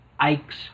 Ike's